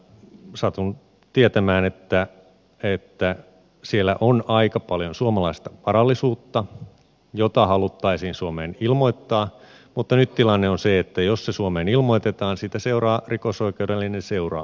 satun tietämään että esimerkiksi sveitsissä on aika paljon suomalaista varallisuutta jota haluttaisiin suomeen ilmoittaa mutta nyt tilanne on se että jos se suomeen ilmoitetaan siitä seuraa rikosoikeudellinen seuraamus